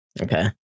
Okay